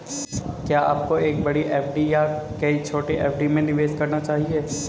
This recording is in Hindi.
क्या आपको एक बड़ी एफ.डी या कई छोटी एफ.डी में निवेश करना चाहिए?